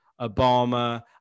Obama